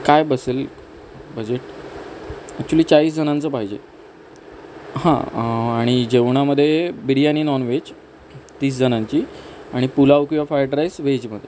काय बसेल budget actually चाळीस जणांचं पाहिजे हां आणि जेवणामध्ये बिर्याणी नॉनवेज तीस जणांची आणि पुलाव किंवा फ्राईड राईस वेजमध्ये